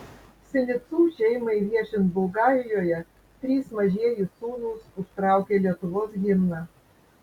sinicų šeimai viešint bulgarijoje trys mažieji sūnūs užtraukė lietuvos himną